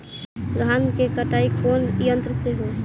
धान क कटाई कउना यंत्र से हो?